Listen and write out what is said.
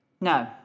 No